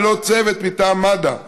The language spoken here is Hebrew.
ללא צוות מטעם מד"א.